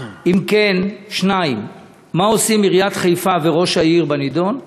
2. אם כן, מה עושים עיריית חיפה וראש העיר בנדון?